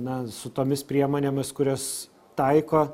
na su tomis priemonėmis kurias taiko